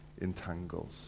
entangles